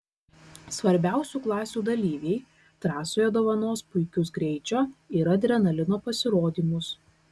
svarbiausių klasių dalyviai trasoje dovanos puikius greičio ir adrenalino pasirodymus